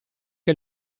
che